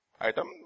item